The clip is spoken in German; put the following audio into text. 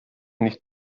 nicht